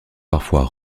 parfois